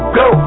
go